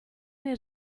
nei